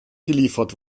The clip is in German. geliefert